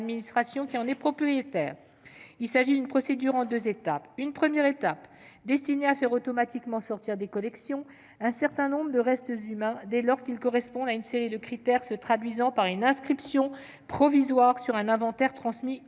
qui en est propriétaire. Il s'agit d'une procédure en deux étapes. La première, qui est destinée à faire automatiquement sortir des collections un certain nombre de restes humains, dès lors qu'ils répondent à une série de critères, se traduit par une inscription provisoire sur un inventaire transmis